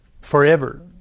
forever